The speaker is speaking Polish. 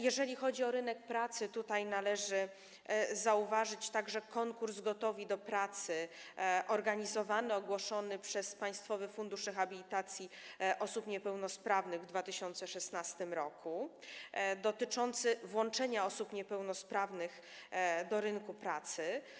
Jeżeli chodzi o rynek pracy, tutaj należy zauważyć także konkurs „Gotowi do pracy” organizowany, ogłoszony przez Państwowy Fundusz Rehabilitacji Osób Niepełnosprawnych w 2016 r., dotyczący włączenia osób niepełnosprawnych do rynku pracy.